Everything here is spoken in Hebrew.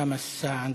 אוסאמה סעדי,